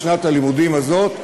בשנת הלימודים הזאת,